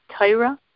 Tyra